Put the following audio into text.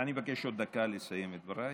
אני מבקש עוד דקה לסיים את דבריי.